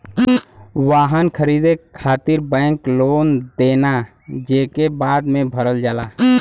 वाहन खरीदे खातिर बैंक लोन देना जेके बाद में भरल जाला